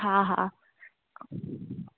हा हा